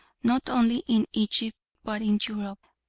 not only in egypt but in europe.